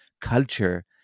culture